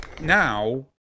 now